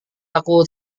aku